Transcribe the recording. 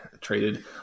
traded